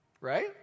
right